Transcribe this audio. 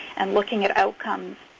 and looking at outcomes.